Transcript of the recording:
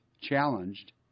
challenged